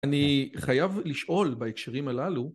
אני חייב לשאול בהקשרים הללו